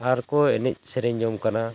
ᱟᱨ ᱠᱚ ᱮᱱᱮᱡ ᱥᱮᱨᱮᱧ ᱡᱚᱝ ᱠᱟᱱᱟ